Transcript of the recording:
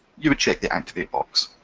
you would check the activate box.